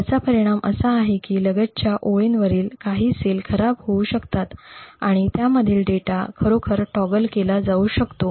याचा परिणाम असा आहे की लगतच्या ओळीवरील काही सेल खराब होऊ शकतात आणि त्यामधील डेटा खरोखर टॉगल केला जाऊ शकतो